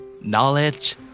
knowledge